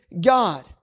God